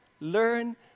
learn